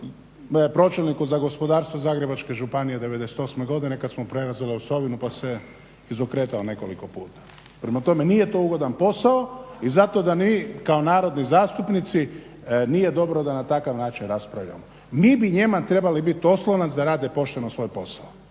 pročelniku za gospodarstvo Zagrebačke županije '98. godine kad smo … /Govornik se ne razumije./ … pa se izokretala nekoliko puta. Prema tome nije to ugodan posao i zato da ni mi kao narodni zastupnici nije dobro da na takav način raspravljamo. Mi bi njima trebali biti oslonac da rade pošteno svoj posao,